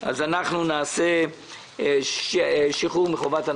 אנחנו נעשה שחרור מחובת הנחה.